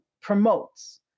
promotes